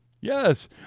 Yes